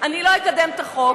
אני לא אקדם את החוק.